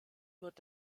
wird